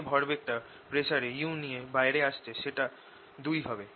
যে ভরবেগটা প্রেসারে u নিয়ে বাইরে আসছে সেটা দুই হবে